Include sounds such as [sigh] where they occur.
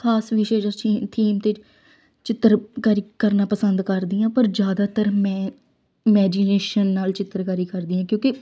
ਖਾਸ ਵਿਸ਼ੇ ਜਾਂ [unintelligible] ਥੀਮ 'ਤੇ ਚਿੱਤਰਕਾਰੀ ਕਰਨਾ ਪਸੰਦ ਕਰਦੀ ਹਾਂ ਪਰ ਜ਼ਿਆਦਾਤਰ ਮੈਂ ਮੈਜੀਨੇਸ਼ਨ ਨਾਲ ਚਿੱਤਰਕਾਰੀ ਕਰਦੀ ਹਾਂ ਕਿਉਂਕਿ